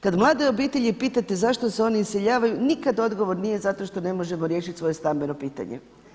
Kada mlade obitelji pitate zašto se oni iseljavaju nikad odgovor nije zato što ne možemo riješiti svoje stambeno pitanje.